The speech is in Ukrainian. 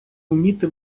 вміти